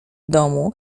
domu